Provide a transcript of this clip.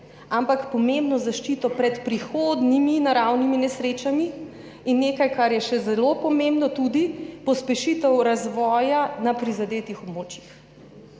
ampak pomembno zaščito pred prihodnjimi naravnimi nesrečami in nekaj, kar je tudi zelo pomembno, pospešitev razvoja na prizadetih območjih.